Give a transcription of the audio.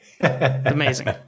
amazing